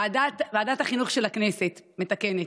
ועדת החינוך של הכנסת, מתקנת.